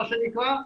מה שנקרא,